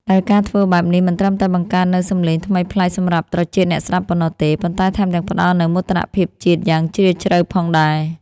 ដែលការធ្វើបែបនេះមិនត្រឹមតែបង្កើតនូវសំឡេងថ្មីប្លែកសម្រាប់ត្រចៀកអ្នកស្តាប់ប៉ុណ្ណោះទេ ប៉ុន្តែថែមទាំងផ្តល់នូវមោទនភាពជាតិយ៉ាងជ្រាលជ្រៅផងដែរ។